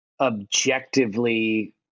objectively